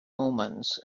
omens